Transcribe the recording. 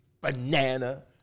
banana